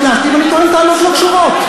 נכנסתי ואני טוען טענות לא קשורות.